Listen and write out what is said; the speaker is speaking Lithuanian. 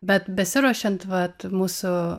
bet besiruošiant vat mūsų